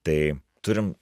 tai turim